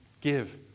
Give